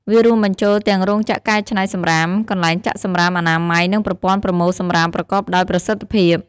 វារួមបញ្ចូលទាំងរោងចក្រកែច្នៃសំរាម កន្លែងចាក់សំរាមអនាម័យ និងប្រព័ន្ធប្រមូលសំរាមប្រកបដោយប្រសិទ្ធភាព។